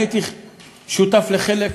אני הייתי שותף לחלק